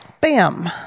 Bam